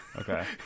Okay